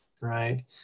right